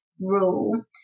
rule